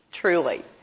Truly